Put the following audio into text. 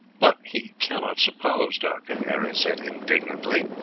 but, he cannot suppose, doctor, harry said indignantly,